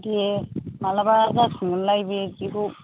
दे मालाबा जाफिनगोनलाय बे एसेखौ